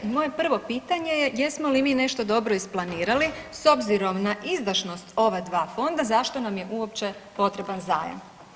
Moje prvo pitanje je, jesmo li mi nešto dobro isplanirali s obzirom na izdašnost ova dva fonda zašto nam je uopće potreban zajam?